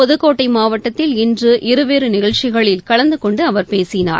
புதுக்கோட்டை மாவட்டத்தில் இன்று இருவேறு நிகழ்ச்சிகளில் கலந்து கொண்டு அவர் பேசினார்